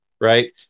right